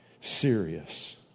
serious